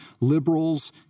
liberals